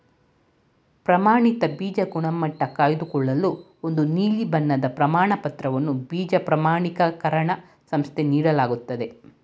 ಪ್ರಮಾಣಿತ ಬೀಜ ಗುಣಮಟ್ಟ ಕಾಯ್ದುಕೊಳ್ಳಲು ಒಂದು ನೀಲಿ ಬಣ್ಣದ ಪ್ರಮಾಣಪತ್ರವನ್ನು ಬೀಜ ಪ್ರಮಾಣಿಕರಣ ಸಂಸ್ಥೆ ನೀಡಲಾಗ್ತದೆ